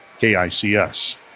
KICS